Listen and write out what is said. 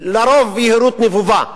על-פי רוב יהירות נבובה,